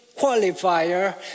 qualifier